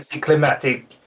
climatic